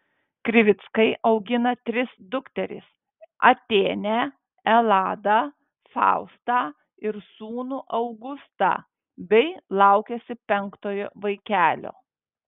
krivickai augina tris dukteris atėnę eladą faustą ir sūnų augustą bei laukiasi penktojo vaikelio